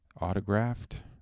autographed